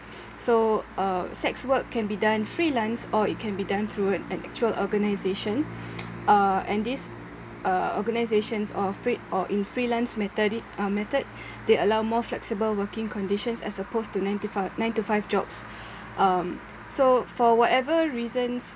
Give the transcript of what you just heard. so uh sex work can be done freelance or it can be done through an actual organisation uh and this uh organisations or in freelance methodi~ uh method they allow more flexible working conditions as opposed to nine to five nine to five jobs um so for whatever reasons